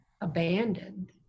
abandoned